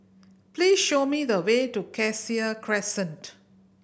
please show me the way to Cassia Crescent